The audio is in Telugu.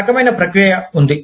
ఒక రకమైన ప్రక్రియ ఉంది